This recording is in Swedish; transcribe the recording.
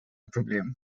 problem